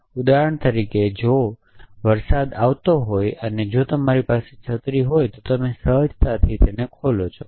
ઉદાહરણ તરીકે જો વરસાદ આવતો હોય અને જો તમારી પાસે છત્રી હોય તો તમે સહજતાથી તેને ખોલો છો